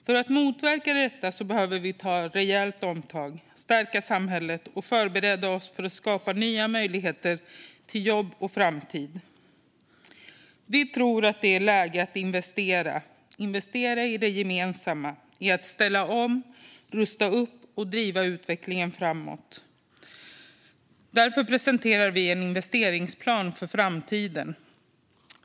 För att motverka detta behöver vi ta ett rejält omtag, stärka samhället och förbereda oss för att skapa nya möjligheter till jobb och framtid. Vi tror att det är läge att investera i det gemensamma, att ställa om, rusta upp och driva utvecklingen framåt. Därför presenterar vi en investeringsplan för framtiden.